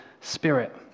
spirit